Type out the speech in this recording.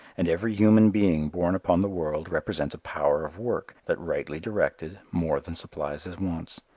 and every human being born upon the world represents a power of work that, rightly directed, more than supplies his wants.